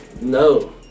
No